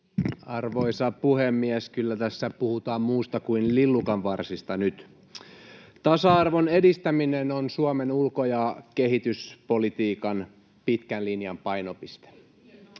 Arvoisa puhemies! Kyllä tässä puhutaan muusta kuin lillukanvarsista nyt. Tasa-arvon edistäminen on Suomen ulko- ja kehityspolitiikan pitkän linjan painopiste. Nyt